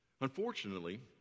Unfortunately